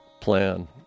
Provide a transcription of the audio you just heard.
plan